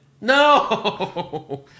No